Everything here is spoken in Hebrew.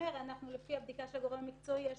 לפי הבדיקה של גורם מקצועי,